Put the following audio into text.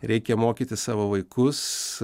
reikia mokyti savo vaikus